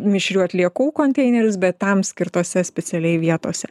mišrių atliekų konteinerius bet tam skirtose specialiai vietose